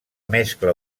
mescla